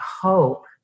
hope